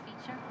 feature